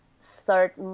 start